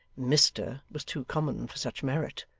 mr was too common for such merit.